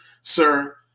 sir